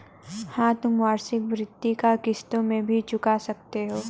हाँ, तुम वार्षिकी भृति को किश्तों में भी चुका सकते हो